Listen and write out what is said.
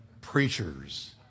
preachers